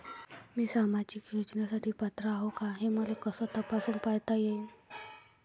मी सामाजिक योजनेसाठी पात्र आहो का, हे मले कस तपासून पायता येईन?